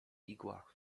igła